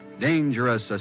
Dangerous